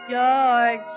George